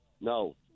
no